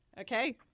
Okay